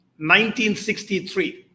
1963